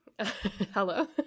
Hello